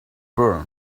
burn